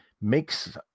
makes